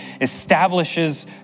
establishes